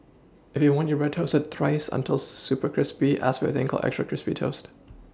if you want your bread toasted thrice until super crispy ask for a thing called extra crispy toast